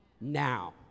now